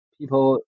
people